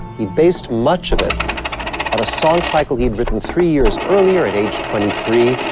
he based much of it on a song cycle he had written three years earlier at age twenty three,